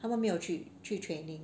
他们没有去去 training